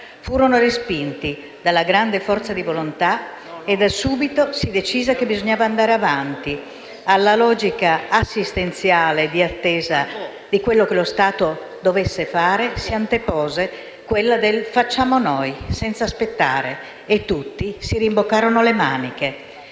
furono respinti da una grande forza di volontà e, da subito, si decise che bisognava andare avanti. Alla logica assistenziale di attesa di quello che lo Stato dovesse fare si antepose quella del «facciamo noi», senza aspettare, e tutti si rimboccarono le maniche.